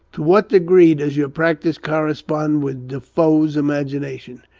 to what degree does your practice correspond with defoe's imagination?